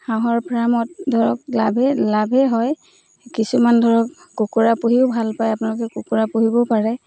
হাঁহৰ ফাৰ্মত ধৰক লাভে লাভে হয় এই কিছুমান ধৰক কুকুৰা পুহিও ভাল পায় আপোনালোকে কুকুৰা পুহিবও পাৰে